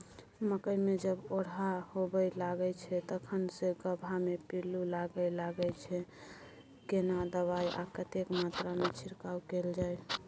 मकई मे जब ओरहा होबय लागय छै तखन से गबहा मे पिल्लू लागय लागय छै, केना दबाय आ कतेक मात्रा मे छिरकाव कैल जाय?